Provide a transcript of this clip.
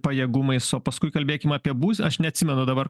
pajėgumais o paskui kalbėkim apie būs aš neatsimenu dabar